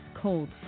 cold